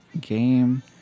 Game